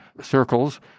Circles